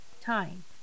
time